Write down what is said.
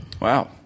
Wow